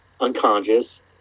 unconscious